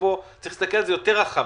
צריך להסתכל על זה יותר רחב.